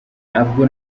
ntabwo